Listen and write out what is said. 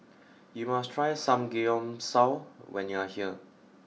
you must try Samgeyopsal when you are here